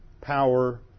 power